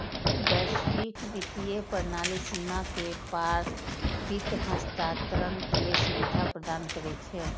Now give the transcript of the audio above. वैश्विक वित्तीय प्रणाली सीमा के पार वित्त हस्तांतरण के सुविधा प्रदान करै छै